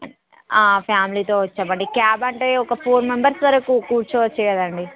ఫ్యామిలీతో వచ్చాం అండి క్యాబ్ అంటే ఒక ఫోర్ మెంబర్స్ వరకు కూర్చోవచ్చు కదండి